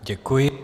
Děkuji.